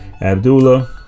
abdullah